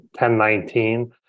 1019